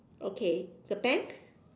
okay the pants